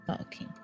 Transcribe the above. Okay